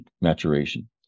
maturation